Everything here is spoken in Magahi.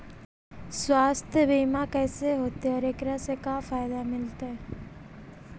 सवासथ बिमा कैसे होतै, और एकरा से का फायदा मिलतै?